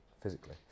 physically